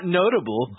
notable